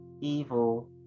evil